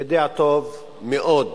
הוא יודע טוב מאוד